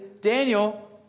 Daniel